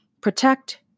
Protect